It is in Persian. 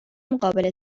قابل